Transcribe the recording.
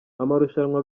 amarushanwa